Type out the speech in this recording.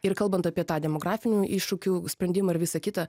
ir kalbant apie tą demografinių iššūkių sprendimą ir visa kita